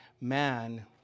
man